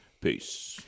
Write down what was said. peace